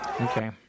Okay